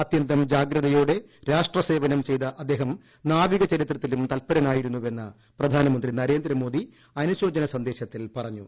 അത്യന്തം ജ്യാഗ്രത്യോടെ രാഷ്ട്രസേവനം ചെയ്ത അദ്ദേഹം നാവികചരിത്രത്തിലും തൽപരനായിരുന്നെന്ന് പ്രധാനമന്ത്രി നേരന്ദ്രമോദി അ്നുശ്ശോചന സന്ദേശത്തിൽ പറഞ്ഞു